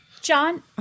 John